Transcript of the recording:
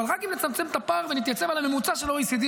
אבל רק אם נצמצם את הפער ונתייצב על הממוצע של ה-OECD,